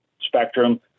spectrum